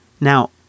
Now